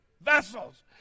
vessels